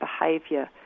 behaviour